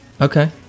okay